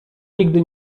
nigdy